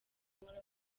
guhora